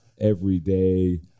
everyday